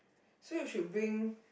so you should bring